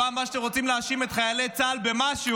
ובפעם הבאה שאתם רוצים להאשים את חיילי צה"ל במשהו,